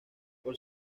por